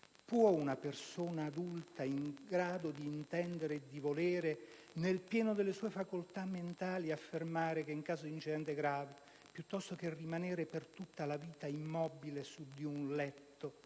"può una persona adulta, in grado di intendere e di volere, nel pieno delle sue facoltà mentali affermare che in caso di incidente grave, piuttosto che rimanere per tutta la vita immobile su di un letto,